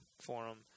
forum